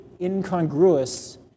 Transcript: incongruous